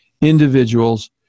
individuals